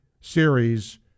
series